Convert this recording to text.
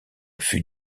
fut